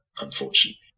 unfortunately